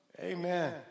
Amen